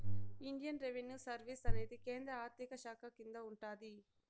Indian revenue service అనేది కేంద్ర ఆర్థిక శాఖ కింద ఉంటాది